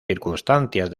circunstancias